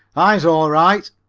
eyes all right,